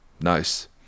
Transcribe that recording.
Nice